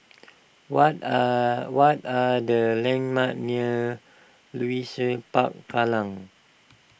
what are what are the landmarks near Leisure Park Kallang